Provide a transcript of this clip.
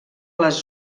les